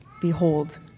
Behold